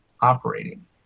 operating